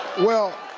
well.